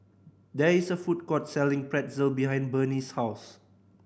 there is a food court selling Pretzel behind Bernice's house